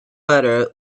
butter